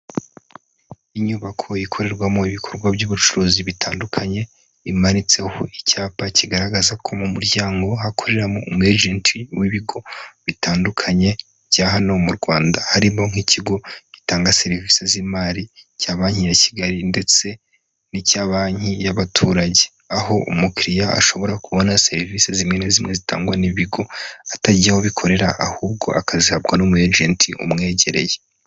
Inyubako ikorerwamo ibikorwa by'ubucuruzi bitandukanye, imanitseho icyapa kigaragaza ko mu muryango hakoreramo umu ejenti w'ibigo bitandukanye bya hano mu Rwanda, harimo nk'ikigo gitanga serivisi z'imari cya banki ya Kigali ndetse n'icya banki y'abaturage, aho umukiriya ashobora kubona serivisi zimwe na zimwe zitangwa n'ibigo atagiye aho abikorera, ahubwo akazihabwa n'umu ejenti umwegereye.